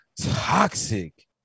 toxic